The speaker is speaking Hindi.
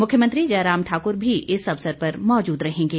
मुख्यमंत्री जयराम ठाकुर भी इस अवसर पर मौजूद रहेंगे